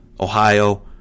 Ohio